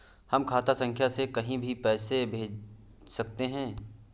हम खाता संख्या से कहीं भी पैसे कैसे भेज सकते हैं?